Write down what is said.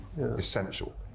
essential